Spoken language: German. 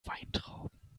weintrauben